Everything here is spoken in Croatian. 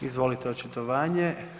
Izvolite očitovanje.